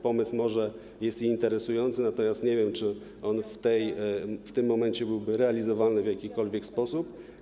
Pomysł może jest interesujący, natomiast nie wiem, czy on w tym momencie byłby realizowany w jakikolwiek sposób.